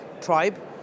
Tribe